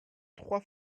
trois